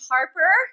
Harper